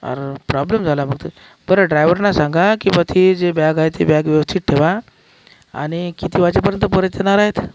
अर्र् problem झाला मग तर बरं ड्रायव्हरना सांगा की बुवा ती जी बॅग आहे ती बॅग व्यवस्थित ठेवा आणि किती वाजेपर्यन्त परत येणार आहेत